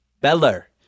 Beller